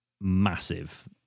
massive